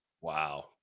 Wow